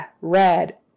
red